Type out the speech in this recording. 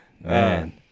man